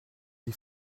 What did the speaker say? die